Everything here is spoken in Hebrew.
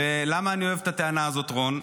למה אני אוהב את הטענה הזאת, רון?